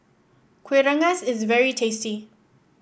Kuih Rengas is very tasty